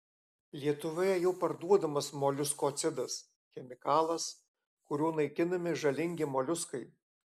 lietuvoje jau parduodamas moliuskocidas chemikalas kuriuo naikinami žalingi moliuskai